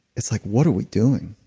it's like, what are we doing?